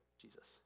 Jesus